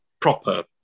proper